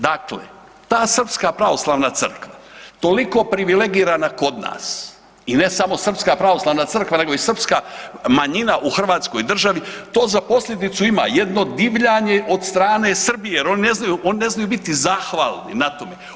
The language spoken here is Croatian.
Dakle, ta Srpska pravoslavna crkva toliko privilegirana kod nas i ne samo Srpska pravoslavna crkva nego i Srpska manjina u Hrvatskoj državi, to za posljedicu ima jedno divljanje od strane Srbije jer oni ne znaju biti zahvalni na tome.